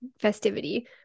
festivity